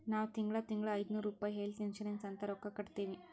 ನಾವ್ ತಿಂಗಳಾ ತಿಂಗಳಾ ಐಯ್ದನೂರ್ ರುಪಾಯಿ ಹೆಲ್ತ್ ಇನ್ಸೂರೆನ್ಸ್ ಅಂತ್ ರೊಕ್ಕಾ ಕಟ್ಟತ್ತಿವಿ